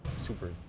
super